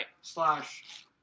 slash